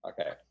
Okay